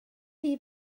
chi